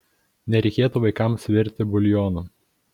nereikėtų vaikams virti buljonų